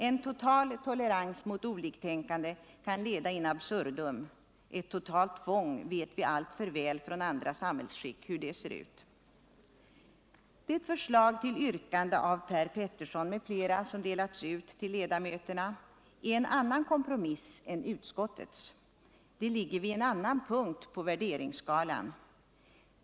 En total tolerans mot oliktänkande kan leda in absurdum. Hur ett totalt tvång ser ut vet vi alltför väl från andra samhällsskick. Det yrkande av Per Petersson m.fl. som har delats ut till ledamöterna-är en annan kompromiss än utskottets — det ligger vid en annan punkt på värderingsskalan.